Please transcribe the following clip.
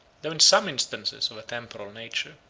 though in some instances of a temporal nature.